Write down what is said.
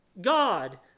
God